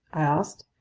i asked.